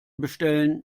bestellen